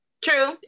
True